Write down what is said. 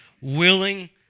willing